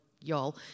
y'all